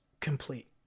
complete